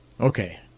Okay